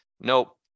Nope